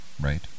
Right